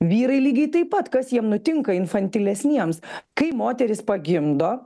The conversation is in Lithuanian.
vyrai lygiai taip pat kas jiem nutinka infantilesniems kai moteris pagimdo